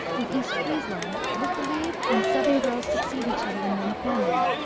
in east friesland, it is believed, when seven girls succeed each other in one family,